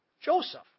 Joseph